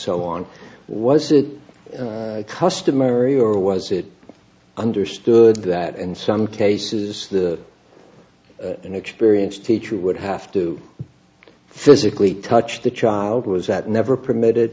so on was a customary or was it understood that in some cases the inexperienced teacher would have to physically touch the child was that never permitted